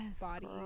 body